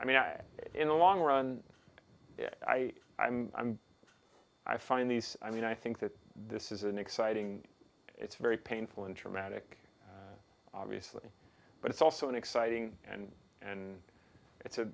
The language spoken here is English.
i mean i in the long run i i'm i'm i find these i mean i think that this is an exciting it's very painful and traumatic obviously but it's also an exciting and and it's a